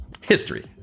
history